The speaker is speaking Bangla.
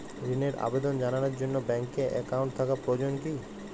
ঋণের আবেদন জানানোর জন্য ব্যাঙ্কে অ্যাকাউন্ট থাকা প্রয়োজন কী?